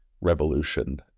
Revolution